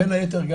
בין היתר,